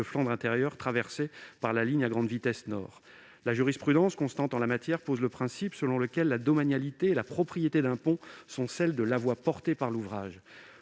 de Flandre intérieure traversées par la ligne à grande vitesse Nord. La jurisprudence constante en la matière pose le principe selon lequel « la domanialité et la propriété d'un pont sont celles de la voie portée par l'ouvrage